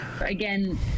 again